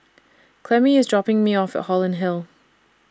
Clemmie IS dropping Me off At Holland Hill